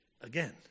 again